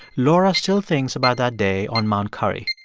laura still thinks about that day on mount currie.